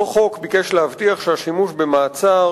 אותו חוק ביקש להבטיח שהשימוש במעצר,